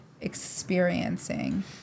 experiencing